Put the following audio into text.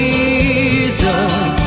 Jesus